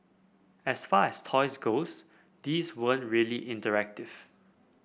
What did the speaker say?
as far as toys goes these really interactive